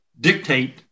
dictate